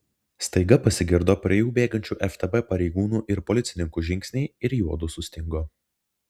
staiga pasigirdo prie jų bėgančių ftb pareigūnų ir policininkų žingsniai ir juodu sustingo